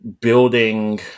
building